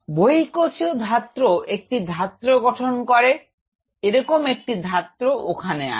বহিঃকোষীয় ধাত্র একটি ধাত্র গঠন করে এরকম একটি ধাত্র ওখানে আছে